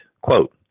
Quote